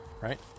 right